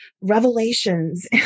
revelations